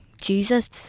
Jesus